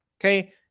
Okay